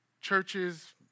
churches